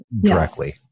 directly